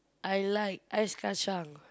I like ice-kacang